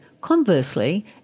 Conversely